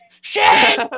Shame